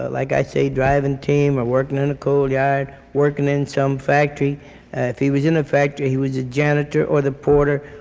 like i say, driving team or working in a coal yard, working in some factory. if he was in a factory he was the janitor or the porter,